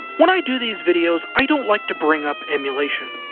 when i do these videos, i don't like to bring up emulation.